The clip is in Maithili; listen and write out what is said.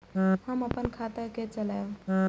हम अपन खाता के चलाब?